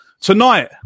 Tonight